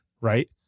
right